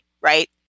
right